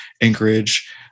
Anchorage